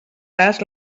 cas